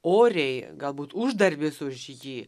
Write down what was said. oriai galbūt uždarbis už jį